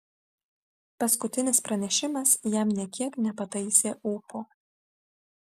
paskutinis pranešimas jam nė kiek nepataisė ūpo